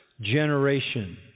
generation